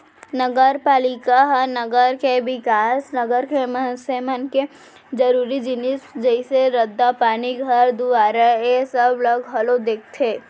नगरपालिका ह नगर के बिकास, नगर के मनसे मन के जरुरी जिनिस जइसे रद्दा, पानी, घर दुवारा ऐ सब ला घलौ देखथे